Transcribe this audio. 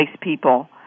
people